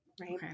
right